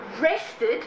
arrested